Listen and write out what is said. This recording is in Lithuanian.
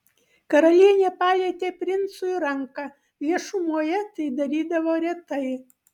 karalienė palietė princui ranką viešumoje tai darydavo retai